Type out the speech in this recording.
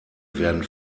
werden